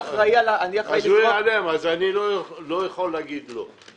אז הוא ייעלם אז אני לא יכול להגיד לא.